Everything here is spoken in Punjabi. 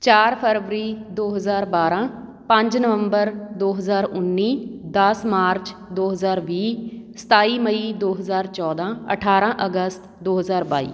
ਚਾਰ ਫ਼ਰਵਰੀ ਦੋ ਹਜ਼ਾਰ ਬਾਰਾਂ ਪੰਜ ਨਵੰਬਰ ਦੋ ਹਜ਼ਾਰ ਉੱਨੀ ਦਸ ਮਾਰਚ ਦੋ ਹਜ਼ਾਰ ਵੀਹ ਸਤਾਈ ਮਈ ਦੋ ਹਜ਼ਾਰ ਚੌਦਾਂ ਅਠਾਰਾਂ ਅਗਸਤ ਦੋ ਹਜ਼ਾਰ ਬਾਈ